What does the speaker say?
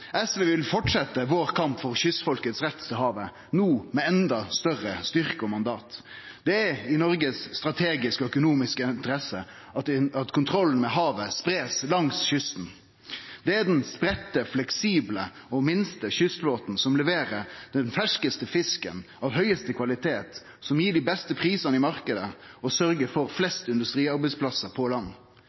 SV vil fortsetje vår kamp for kystfolkets rett til havet – no med endå større styrke og mandat. Det er i Noregs strategiske og økonomiske interesse at kontrollen med havet blir spreidd langs kysten. Det er den spreidde, fleksible og minste kystflåten som leverer den ferskaste fisken av høgste kvalitet, som gir dei beste prisane i marknaden og sørgjer for flest industriarbeidsplassar på land.